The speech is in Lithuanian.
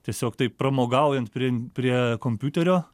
tiesiog taip pramogaujant prien prie kompiuterio